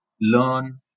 learn